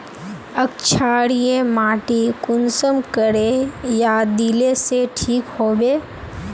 क्षारीय माटी कुंसम करे या दिले से ठीक हैबे?